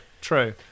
true